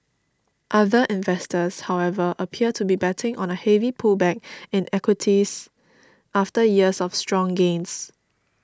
other investors however appear to be betting on a heavy pullback in equities after years of strong gains